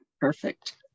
perfect